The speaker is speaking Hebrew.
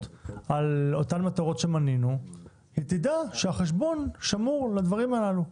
על אותן מטרות שמנינו היא תדע שהחשבון שמור לדברים הללו,